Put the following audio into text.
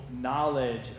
knowledge